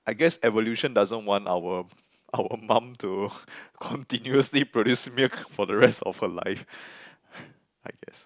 I guess evolution doesn't want our our mum to continuously produce milk for the rest of her life I I guess